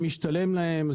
זה משתלם להם,